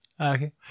Okay